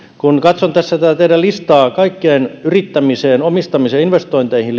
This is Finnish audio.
kun katson tässä tätä teidän listaanne kaikkeen yrittämiseen omistamiseen ja investointeihin